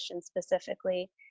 specifically